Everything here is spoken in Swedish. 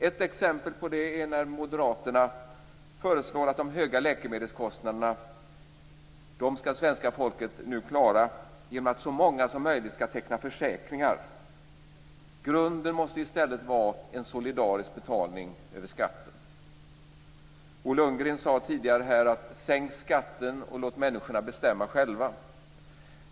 Ett exempel på detta är att moderaterna föreslår att svenska folket skall klara de höga läkemedelskostnaderna genom att så många som möjligt skall teckna försäkringar. Grunden måste i stället vara en solidarisk betalning över skatten. Bo Lundgren sade här tidigare: Sänk skatten och låt människorna bestämma själva!